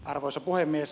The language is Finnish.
arvoisa puhemies